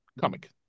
comic